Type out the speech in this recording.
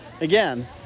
again